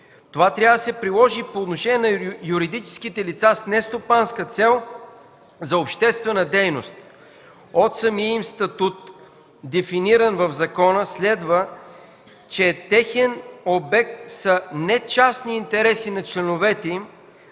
Това трябва да се приложи по отношение на юридическите лица с нестопанска цел за обществената дейност. От самия институт, дефиниран в закона, следва, че техен обект са не частни интереси на членовете им,